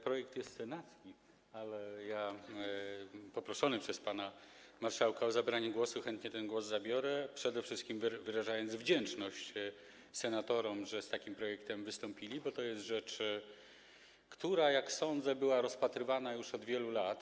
Projekt jest senacki, ale poproszony przez pana marszałka o zabranie głosu chętnie zabiorę głos, przede wszystkim wyrażając wdzięczność senatorom, że z takim projektem wystąpili, bo to jest coś, co, jak sądzę, było rozpatrywane już od wielu lat.